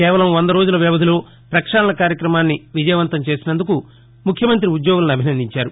కేవలం వంద రోజుల వ్యవధిలో ప్రక్షాళన కార్యక్రమాన్ని విజయవంతం చేసినందుకు ముఖ్యమంతి ఉద్యోగులనుఅభినందించారు